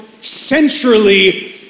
centrally